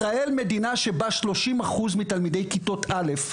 ישראל היא מדינה שבה שלושים אחוז מתלמידי כיתות א',